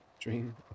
dream